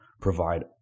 provide